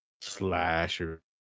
slasher